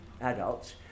adults